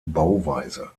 bauweise